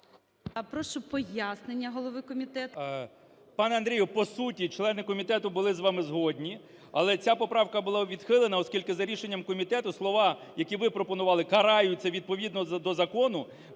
Прошу пояснення голови комітету. 16:38:50 КНЯЖИЦЬКИЙ М.Л. Пане Андрію, по суті, члени комітету були з вами згодні, але ця поправка була відхилена, оскільки за рішенням комітету слова, які ви пропонували, "караються, відповідно до закону",